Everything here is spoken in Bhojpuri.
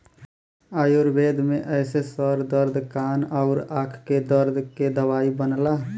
आयुर्वेद में एसे सर दर्द कान आउर आंख के दर्द के दवाई बनला